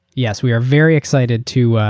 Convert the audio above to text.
yes, we are very excited to,